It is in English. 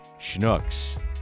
schnooks